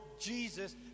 Jesus